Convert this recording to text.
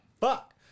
Fuck